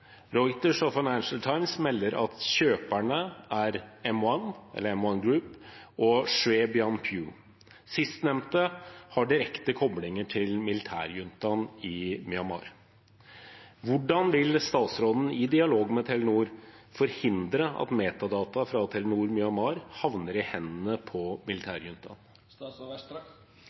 melder at kjøperne er M1 og Shwe Byain Phyu. Sistnevnte har direkte koblinger til militærjuntaen i Myanmar. Hvordan vil statsråden, i dialog med Telenor, forhindre at metadata fra Telenor Myanmar havner i hendene på